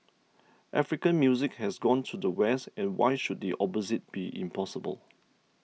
African music has gone to the West and why should the opposite be impossible